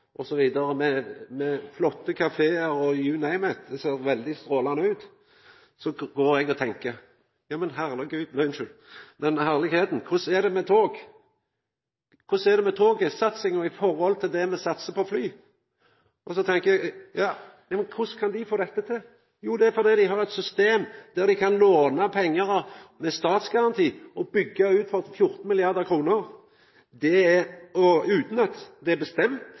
osv. med flotte kafear – «you name it» – som ser veldig strålande ut, går eg og tenkjer: Korleis er det med tog? Korleis er det med togsatsinga i forhold til det me satsar på fly? Korleis skal me få dette til? Jo, fordi dei har eit systeim der dei kan låna pengar med statsgaranti og byggja ut for 14 mrd. kr – og utan at det er bestemt